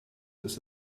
ist